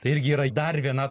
tai irgi yra dar viena